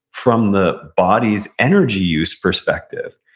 from the body's energy use perspective.